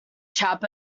chap